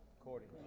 According